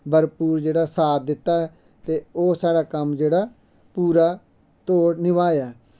भरपूर जेह्ड़ा साथ दित्ता ऐ ते ओह् जेह्ड़ा कम्म साढ़ा पूरा तोड़ नवाया